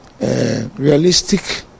realistic